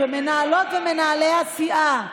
שמנהלות ומנהלי הסיעה,